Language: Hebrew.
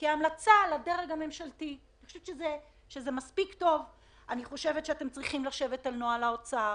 אני חושבת שאתם צריכים לשבת על נוהל האוצר,